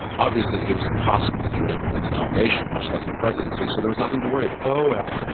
obviously, it was impossible that he would every win the nomination, much less the presidency, so there was nothing to worry about. oh, well.